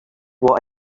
what